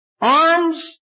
Arms